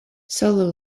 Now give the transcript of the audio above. solo